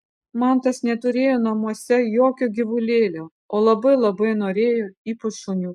mantas neturėjo namuose jokio gyvulėlio o labai labai norėjo ypač šuniuko